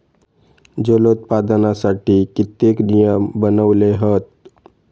जलोत्पादनासाठी कित्येक नियम बनवले हत